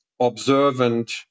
observant